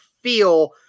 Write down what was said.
feel